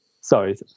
sorry